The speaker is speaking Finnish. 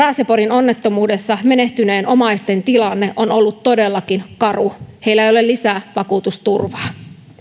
raaseporin onnettomuudessa menehtyneiden omaisten tilanne on ollut todellakin karu heillä ei ole lisävakuutusturvaa